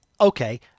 okay